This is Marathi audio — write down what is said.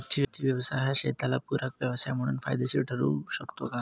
मच्छी व्यवसाय हा शेताला पूरक व्यवसाय म्हणून फायदेशीर ठरु शकतो का?